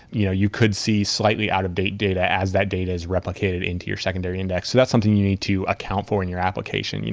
you know you could see slightly out of date data as that data is replicated into your secondary index. that's something you need to account for in your application.